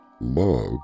Love